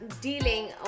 dealing